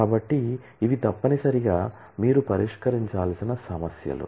కాబట్టి ఇవి తప్పనిసరిగా మీరు పరిష్కరించాల్సిన సమస్యలు